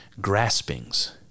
graspings